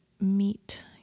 meet